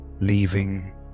leaving